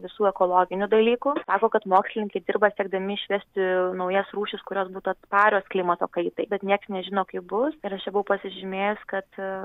visų ekologinių dalykų sako kad mokslininkai dirba siekdami išvesti naujas rūšis kurios būtų atsparios klimato kaitai bet nieks nežino kaip bus ir aš čia buvau pasižymėjus kad